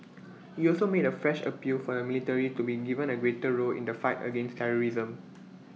he also made A fresh appeal for the military to be given A greater role in the fight against terrorism